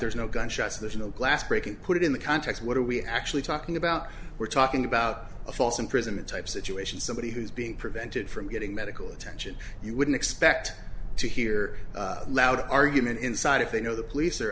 there's no gunshots there's no glass breaking put in the context what are we actually talking about we're talking about a false imprisonment type situation somebody who's being prevented from getting medical attention you wouldn't expect to hear a loud argument inside if they know the police are